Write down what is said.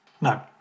No